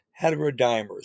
heterodimers